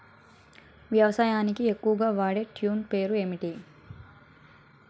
వ్యవసాయానికి ఎక్కువుగా వాడే టూల్ పేరు ఏంటి?